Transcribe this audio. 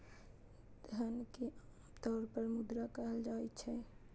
धन कें आम तौर पर मुद्रा कहल जाइ छै